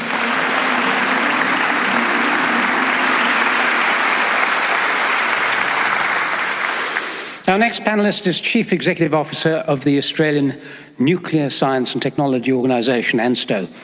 our ah next panellist is chief executive officer of the australian nuclear science and technology organisation, ansto,